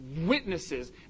witnesses